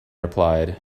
replied